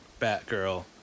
Batgirl